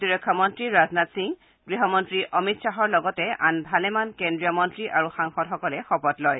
প্ৰতিৰক্ষা মন্ত্ৰী ৰাজনাথ সিং গৃহমন্ত্ৰী অমিত শ্বাহৰ লগতে আন ভালেমান কেন্দ্ৰীয় মন্ত্ৰী আৰু সাংসদসকলে শপত লয়